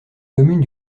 commune